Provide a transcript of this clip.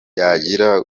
yagira